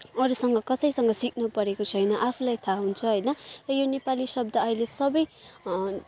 अरूसँग कसैसँग सिक्नु परेको छैन आफूलाई थाहा हुन्छ होइन र यो नेपाली शब्द अहिले सबै